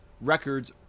records